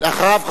ואחריו,